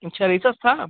अच्छा रीसेस था